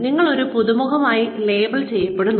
നിങ്ങൾ ഒരു പുതുമുഖമായി ലേബൽ ചെയ്യപ്പെട്ടിരിക്കുന്നു